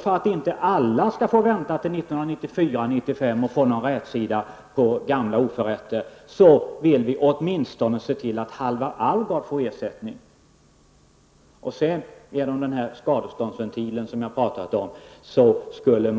För att inte alla skall få vänta till 1994--1995 med att få någon rätsida på gamla oförrätter vill vi se till att åtminstone Halvar Alvgard får ersättning. Sedan skulle man genom den skadeståndsventil som jag har talat